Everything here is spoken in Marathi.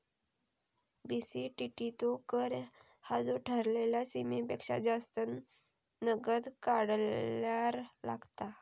बी.सी.टी.टी तो कर हा जो ठरलेल्या सीमेपेक्षा जास्त नगद काढल्यार लागता